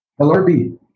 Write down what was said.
LRB